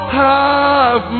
half